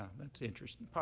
that's interesting.